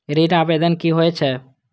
ऋण आवेदन की होय छै?